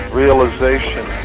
realization